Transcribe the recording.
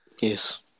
yes